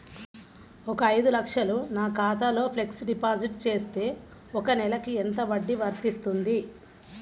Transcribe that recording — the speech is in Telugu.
ఒక ఐదు లక్షలు నా ఖాతాలో ఫ్లెక్సీ డిపాజిట్ చేస్తే ఒక నెలకి ఎంత వడ్డీ వర్తిస్తుంది?